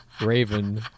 Raven